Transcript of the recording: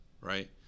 right